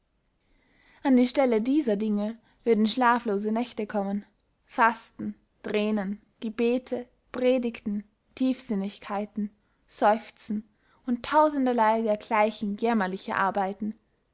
an die stelle dieser dinge würden schlaflose nächte kommen fasten thränen gebete predigten tiefsinnigkeiten seufzen und tausenderley dergleichen jämmerliche arbeiten